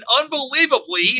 unbelievably